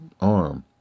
arm